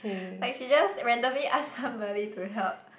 like she just randomly asked somebody to help